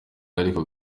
ariko